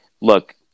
look